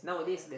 yeah